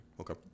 Okay